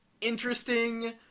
interesting